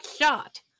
shot